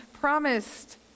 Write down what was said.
promised